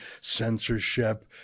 censorship